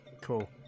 Cool